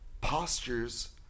postures